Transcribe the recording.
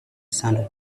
sand